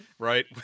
Right